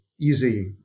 easy